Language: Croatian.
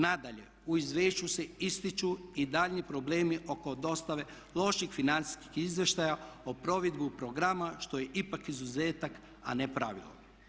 Nadalje, u izvješću se ističu i daljni problemi oko dostave loših financijskih izvještaja o provedbi programa što je ipak izuzetak a ne pravilo.